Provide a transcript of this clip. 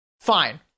fine